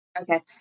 Okay